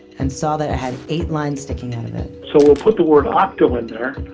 and saw that it had eight lines sticking out of it so we put the word octo in there,